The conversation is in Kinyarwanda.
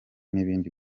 n’ibindi